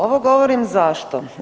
Ovo govorim zašto?